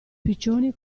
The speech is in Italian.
piccioni